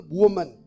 woman